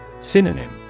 Synonym